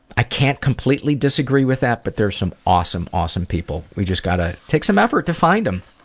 i can't completely disagree with that but there's some awesome, awesome people. we just gotta take some effort to find them.